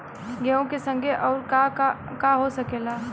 गेहूँ के संगे अउर का का हो सकेला?